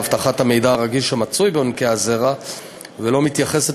להבטחת המידע הרגיש המצוי בבנקי הזרע ולא מתייחסת